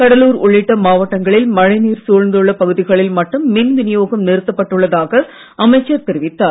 கடலூர் உள்ளிட்ட மாவட்டங்களில் மழைநீர் சூழ்ந்துள்ள பகுதிகளில் மட்டும் மின் விநியோகம் நிறுத்தப்பட்டுள்ளதாக அமைச்சர் தெரிவித்தார்